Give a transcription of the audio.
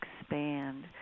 expand